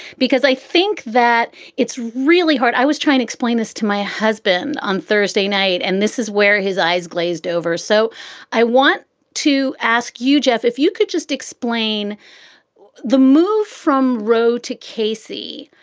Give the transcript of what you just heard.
because i think that it's really hard. i was trying to explain this to my husband. on thursday night. and this is where his eyes glazed over. so i want to ask you, jeff, if you could just explain the move from row to casey.